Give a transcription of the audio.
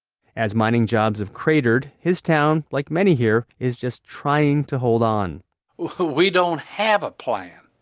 as mining jobs have cratered, his town, like many here, is just trying to hold on we don't have a plan,